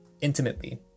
intimately